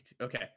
Okay